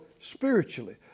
spiritually